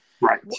right